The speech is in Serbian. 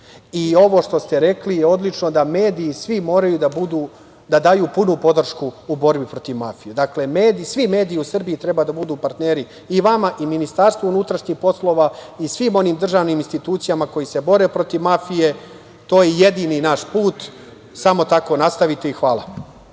Ovo što ste rekli je odlično, da mediji svi moraju da daju punu podršku u borbi protiv mafije. Dakle, svi mediji u Srbiji treba da budu partneri i vama i Ministarstvu unutrašnjih poslova i svim onim državnim institucijama koje se bore protiv mafije. To je jedini naš put. Samo tako nastavite i hvala.